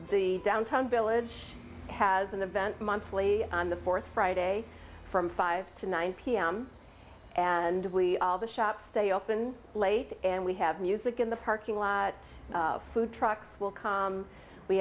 the downtown village has an event monthly on the fourth friday from five to nine pm and we all the shops stay open late and we have music in the parking lot at food trucks will come we